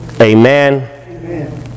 Amen